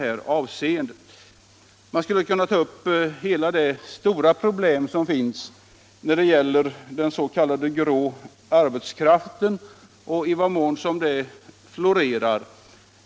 Man skulle i detta sammanhang kunna ta upp hela det stora problemet med den grå arbetskraften.